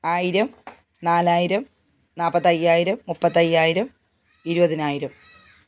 ആയിരം നാലായിരം നാൽപ്പത്തി അയ്യായിരം മുപ്പത്തി അയ്യായിരം ഇരുപതിനായിരം